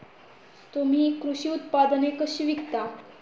तुम्ही कृषी उत्पादने कशी विकता?